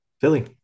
Philly